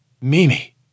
Mimi